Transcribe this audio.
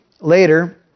later